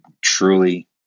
truly